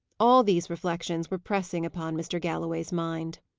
all these reflections were pressing upon mr. galloway's mind.